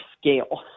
scale